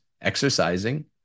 exercising